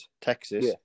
Texas